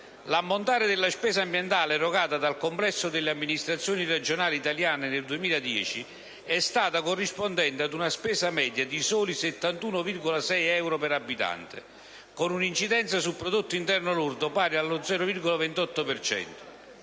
L'ammontare della spesa ambientale erogata dal complesso delle amministrazioni regionali italiane nel 2010 è stata corrispondente ad una spesa media di soli 71,6 euro per abitante, con un'incidenza sul prodotto interno lordo pari allo 0,28